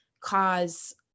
cause